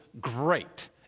great